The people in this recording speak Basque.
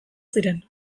ziren